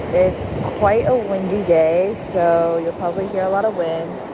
it's quite a windy day, so you'll probably hear a lot of wind.